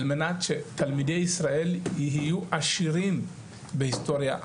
על מנת שתלמידי ישראל יהיו עשירים בהיסטוריה,